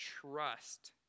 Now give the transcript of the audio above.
trust